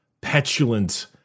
petulant